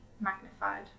magnified